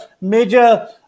major